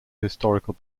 historical